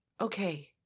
Okay